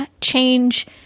change